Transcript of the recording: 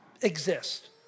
exist